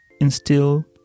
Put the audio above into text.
instill